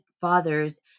fathers